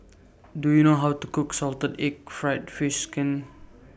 Do YOU know How to Cook Salted Egg Fried Fish Skin